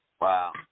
Wow